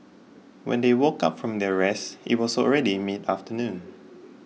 when they woke up from their rest it was already mid afternoon